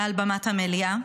מעל במת המליאה,